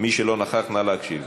מי שלא נכח, נא להקשיב.